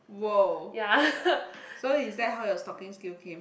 yeah